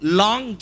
long